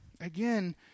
again